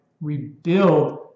rebuild